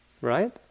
right